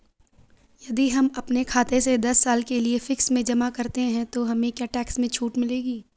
यदि हम अपने खाते से दस साल के लिए फिक्स में जमा करते हैं तो हमें क्या टैक्स में छूट मिलेगी?